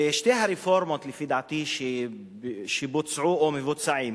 ושתי הרפורמות, לדעתי, שבוצעו או מבוצעות,